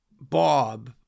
Bob